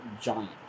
giant